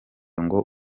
ngo